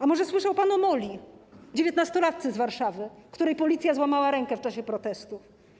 A może słyszał pan o „Moli”, dziewiętnastolatce z Warszawy, której policja złamała rękę w czasie protestu?